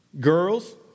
Girls